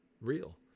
real